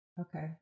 okay